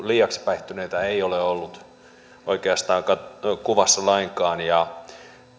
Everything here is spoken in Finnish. liiaksi päihtyneitä ei ole ollut oikeastaan kuvassa lainkaan ja